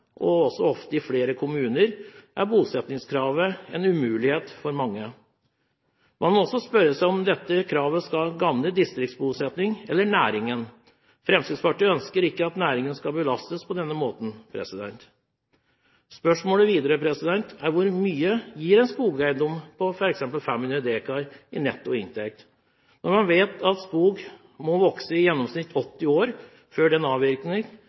og også ofte i flere kommuner, er bosettingskravet en umulighet for mange. Man må også spørre seg om dette kravet skal gagne distriktsbosetting eller næringen. Fremskrittspartiet ønsker ikke at næringen skal belastes på denne måten. Spørsmålet videre er: Hvor mye gir en skogeiendom på 500 dekar i netto inntekt? Når man vet at skog må vokse i gjennomsnitt 80 år før den